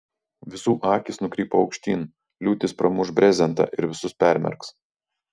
visų akys nukrypo aukštyn liūtis pramuš brezentą ir visus permerks